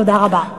תודה רבה.